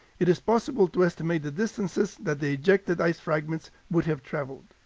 it is possible to estimate the distances that the ejected ice fragments would have traveled.